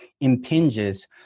impinges